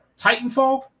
Titanfall